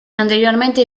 anteriormente